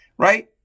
Right